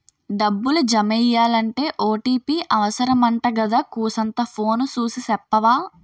డబ్బులు జమెయ్యాలంటే ఓ.టి.పి అవుసరమంటగదా కూసంతా ఫోను సూసి సెప్పవా